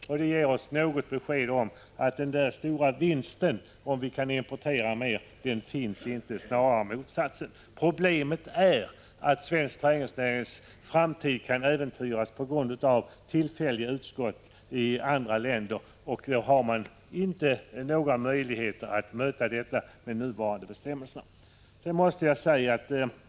Detta ger besked om att den där stora vinsten i att importera mer inte finns — snarare gäller motsatsen. Problemet är att svensk trädgårdsnärings framtid kan äventyras på grund av tillfälliga överskott i andra länder, och de nuvarande bestämmelserna ger inga möjligheter att möta sådant.